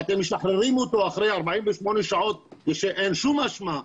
ואתם משחררים אותו אחרי 48 שעות כשאין שום אשמה,